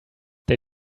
they